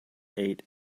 eight